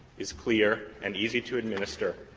is clear and easy to administer,